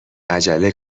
عجله